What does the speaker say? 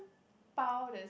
Pau that's